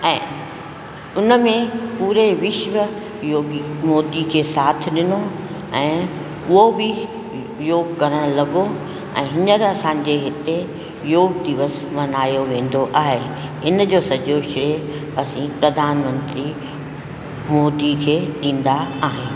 ऐं उनमें पूरे विश्व योगी मोदी खे साथ ॾिनो ऐं उहो बि योग करण लॻो ऐं हीअंर असांजे हिते योग दिवस मल्हायो वेंदो आहे इनजो सॼो शइ असी प्रधानमंत्री मोदी खे ॾींदा आहियूं